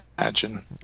imagine